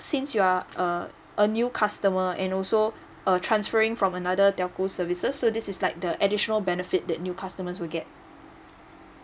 since you are a a new customer and also a transferring from another telco services so this is like the additional benefit that new customers will get